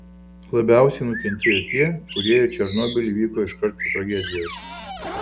labiausiai nukentėjo tie kurie į černobylį vyko iškart po tragedijos